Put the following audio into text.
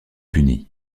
punie